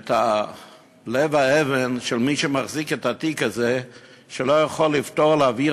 את לב האבן של מי שמחזיק את התיק הזה שלא יכול לפתור ולהעביר